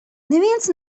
neviens